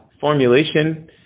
formulation